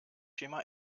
schema